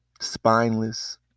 spineless